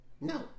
No